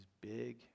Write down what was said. big